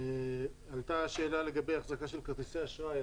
עלתה השאלה לגבי האחזקה של כרטיסי אשראי,